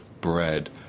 bread